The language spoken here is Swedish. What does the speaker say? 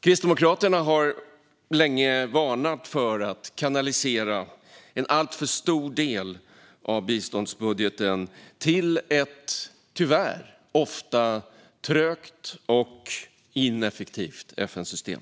Kristdemokraterna har länge varnat för att kanalisera en alltför stor del av biståndsbudgeten till ett, tyvärr, ofta trögt och ineffektivt FN-system.